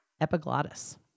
epiglottis